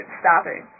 stopping